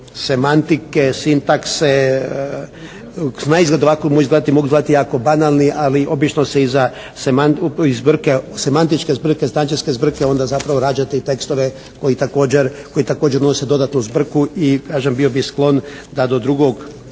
semantike, sintakse, naizgled ovako mogu izgledati ovako banalni ali obično se iz semantičke zbrke … onda zapravo rađati tekstove koji također nose dodatnu zbrku i kažem bio bi sklon da do drugog